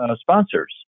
sponsors